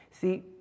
See